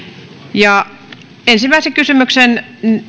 ensimmäisen kysymyksen